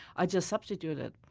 i just substitute it.